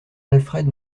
alfred